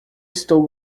estou